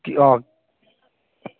কি অঁ